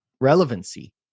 relevancy